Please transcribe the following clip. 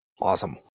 Awesome